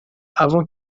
avant